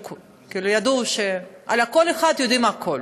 וידעו שעל כל אחד יודעים הכול,